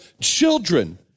children